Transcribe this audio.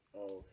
Okay